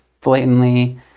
blatantly